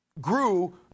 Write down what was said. grew